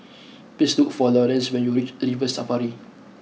please look for Lorenz when you reach River Safari